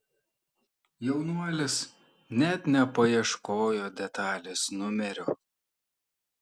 jaunuolis net nepaieškojo detalės numerio